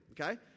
okay